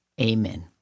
Amen